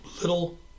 little